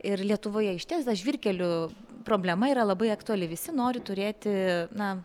ir lietuvoje išties ta žvyrkelių problema yra labai aktuali visi nori turėti na